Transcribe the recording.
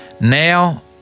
Now